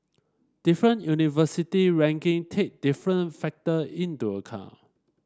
different university ranking take different factor into account